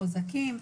חוזקים,